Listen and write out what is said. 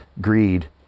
greed